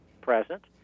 present